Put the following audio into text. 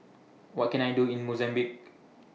What Can I Do in Mozambique